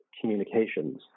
communications